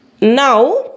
Now